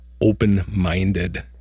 open-minded